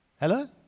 Hello